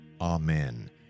Amen